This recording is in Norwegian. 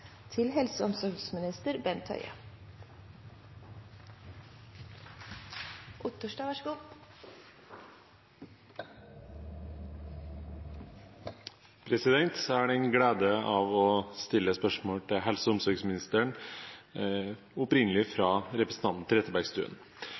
har den glede å stille følgende spørsmål til helse- og omsorgsministeren, opprinnelig